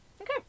Okay